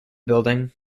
building